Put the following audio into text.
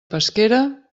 pesquera